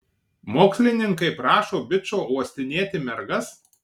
mokslininkai prašo bičo uostinėti mergas